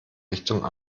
richtung